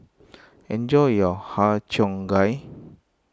enjoy your Har Cheong Gai